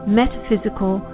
metaphysical